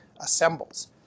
assembles